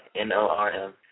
N-O-R-M